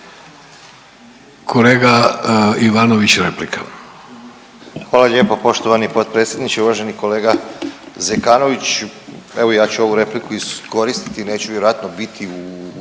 **Ivanović, Goran (HDZ)** Hvala lijepa poštovani potpredsjedniče, uvaženi kolega Zekanović. Evo ja ću ovu repliku iskoristiti, neću vjerojatno biti u